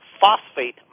phosphate